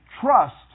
trust